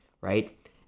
right